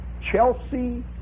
Chelsea